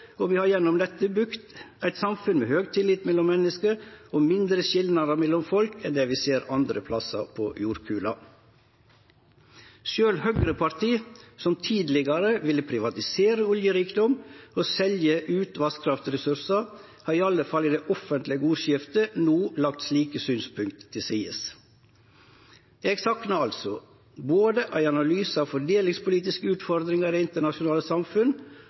og vi har gjennom dette bygd eit samfunn med høg tillit mellom menneske og mindre skilnader mellom folk enn det vi ser andre plassar på jordkloden. Sjølv høgreparti som tidlegare ville privatisere oljerikdom og selje ut vasskraftressursar, har i alle fall i det offentlege ordskiftet no lagt slike synspunkt til side. Eg saknar altså både ein analyse av fordelingspolitiske utfordringar i det internasjonale